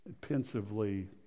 pensively